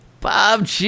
Bob